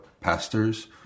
pastors